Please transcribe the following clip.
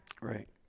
Right